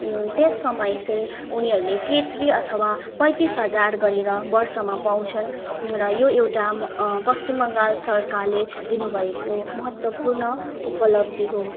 त्यस समय चाहिँ उनीहरूले के थ्री अथवा पैतिस हजार गरेर वर्षमा पाउँछन् र यो एउटा पश्चिम बङ्गाल सरकारले दिनुभएको महत्वपूर्ण उपलब्धि हो